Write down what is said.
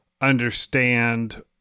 understand